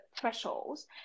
thresholds